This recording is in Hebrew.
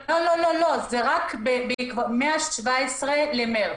לא, זה רק מה-17 במרץ.